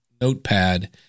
notepad